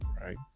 right